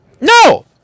No